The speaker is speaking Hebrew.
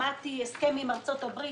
שמעתי הסכם עם ארצות הברית.